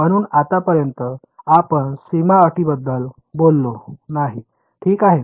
म्हणून आतापर्यंत आपण सीमा अटींबद्दल बोललो नाही ठीक आहे